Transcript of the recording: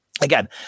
again